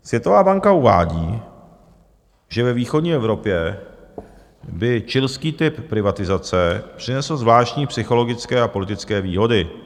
Světová banka uvádí, že ve východní Evropě by chilský typ privatizace přinesl zvláštní psychologické a politické výhody.